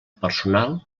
personal